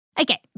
Okay